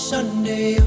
Sunday